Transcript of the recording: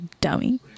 dummy